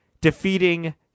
defeating